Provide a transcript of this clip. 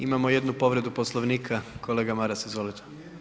Imamo jednu povredu Poslovnika, kolega Maras, izvolite.